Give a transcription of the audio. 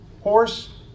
horse